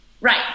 Right